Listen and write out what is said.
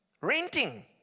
Renting